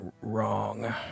wrong